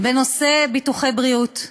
בנושא ביטוחי בריאות,